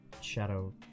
shadow